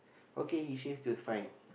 okay he seems to find